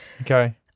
Okay